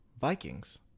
Vikings